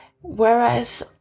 Whereas